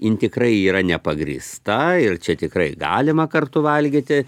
in tikrai yra nepagrįsta ir čia tikrai galima kartu valgyti